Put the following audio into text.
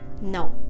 No